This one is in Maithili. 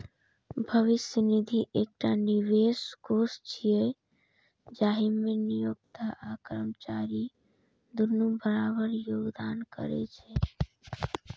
भविष्य निधि एकटा निवेश कोष छियै, जाहि मे नियोक्ता आ कर्मचारी दुनू बराबर योगदान करै छै